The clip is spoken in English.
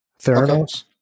Theranos